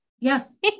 Yes